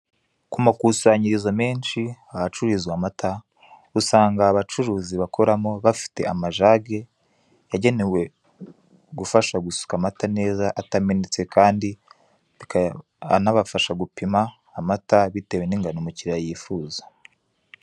Ku makusanyirizo menshi ahacururizwa amata, usanga abacuruzi bakoramo bafite amajage yagenewe gufasha gusuka amata neza atamenetse kandi anayafasha gupima amata bitewe n'ingano umukiliya yifuza.